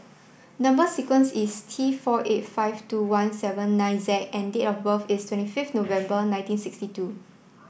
number sequence is T four eight five two one seven nine Z and date of birth is twenty five November nineteen sixty two